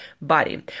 body